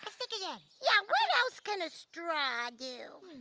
think again. yeah what else can a straw do?